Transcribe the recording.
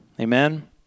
Amen